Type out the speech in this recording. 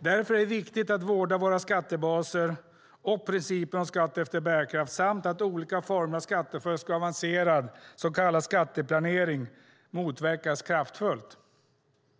Därför är det viktigt att vårda våra skattebaser och principen om skatt efter bärkraft och att olika former av skattefusk och avancerad så kallad skatteplanering motverkas kraftfullt.